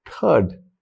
Third